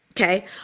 okay